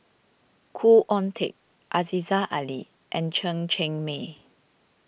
Khoo Oon Teik Aziza Ali and Chen Cheng Mei